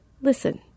listen